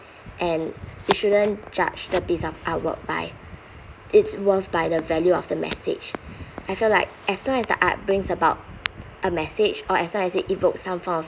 and you shouldn't judge the piece of artwork by its worth by the value of the message I feel like as long as the art brings about a message or as long as it evoked some form of